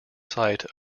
site